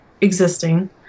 existing